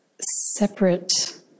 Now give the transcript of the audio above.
separate